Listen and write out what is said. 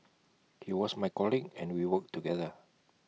he was my colleague and we worked together